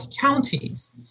counties